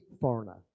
foreigner